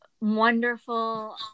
wonderful